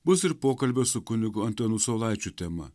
bus ir pokalbio su kunigu antanu saulaičiu tema